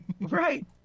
right